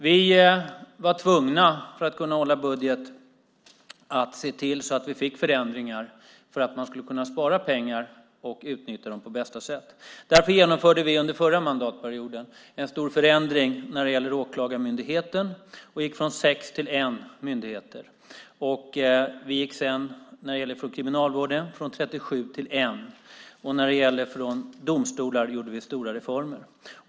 För att kunna hålla budget var vi tvungna att se till att vi fick förändringar för att man skulle kunna spara pengar och utnyttja dem på bästa sätt. Därför genomförde vi under förra mandatperioden en stor förändring när det gäller Åklagarmyndigheten och gick från sex myndigheter till en enda. Inom Kriminalvården gick vi från 37 enheter till en enda. Inom domstolarna genomförde vi också stora reformer.